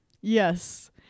Yes